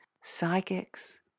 psychics